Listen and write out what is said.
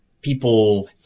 people